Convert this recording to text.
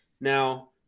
Now